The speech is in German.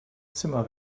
zimmer